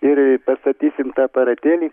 ir pastatysim tą aparatėlį